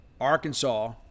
Arkansas